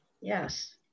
Yes